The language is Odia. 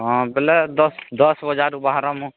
ହଁ ବୋଲେ ଦଶ୍ ଦଶ୍ ବଜାରୁ ବାହାରମୁ